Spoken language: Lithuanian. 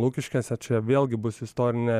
lukiškėse čia vėlgi bus istorinė